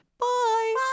Bye